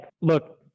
look